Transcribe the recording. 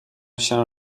się